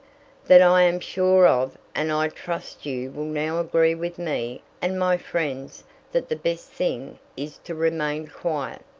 that i am sure of and i trust you will now agree with me and my friends that the best thing is to remain quiet.